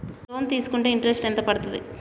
Loan తీస్కుంటే interest ఎంత పడ్తది?